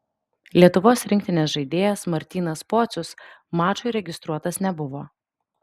lietuvos rinktinės žaidėjas martynas pocius mačui registruotas nebuvo